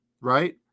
right